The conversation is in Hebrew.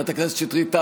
חברת הכנסת שטרית,